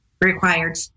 required